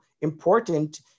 important